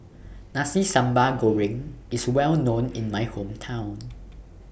Nasi Sambal Goreng IS Well known in My Hometown